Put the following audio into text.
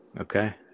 Okay